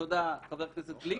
תודה, חבר הכנסת גליק.